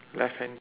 left hand